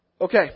Okay